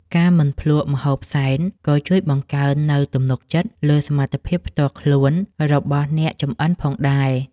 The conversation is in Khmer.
ការមិនភ្លក្សម្ហូបសែនក៏ជួយបង្កើននូវទំនុកចិត្តលើសមត្ថភាពផ្ទាល់ខ្លួនរបស់អ្នកចម្អិនផងដែរ។